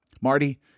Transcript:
Marty